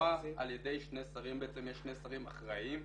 הוקמה על ידי שני שרים, בעצם יש שני שרים אחראיים,